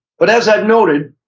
but, as i've noted,